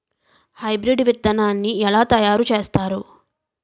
Hybrid విత్తనాన్ని ఏలా తయారు చేస్తారు?